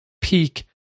peak